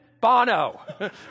Bono